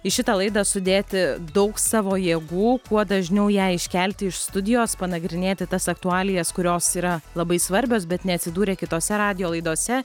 į šitą laidą sudėti daug savo jėgų kuo dažniau ją iškelti iš studijos panagrinėti tas aktualijas kurios yra labai svarbios bet neatsidūrė kitose radijo laidose